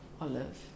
olive